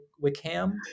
Wickham